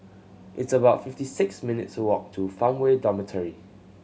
it's about fifty six minutes' walk to Farmway Dormitory